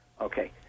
Okay